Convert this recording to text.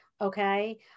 Okay